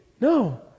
No